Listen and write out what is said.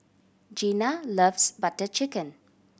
Gina loves Butter Chicken